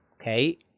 Okay